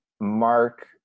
Mark